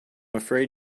afraid